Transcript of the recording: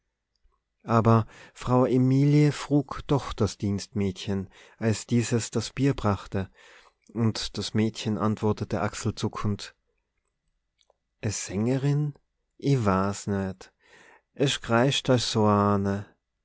aber frau emilie frug doch das dienstmädchen als dieses das bier brachte und das mädchen antwortete achselzuckend e sängerin ich waaß net es kreischt